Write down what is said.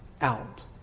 out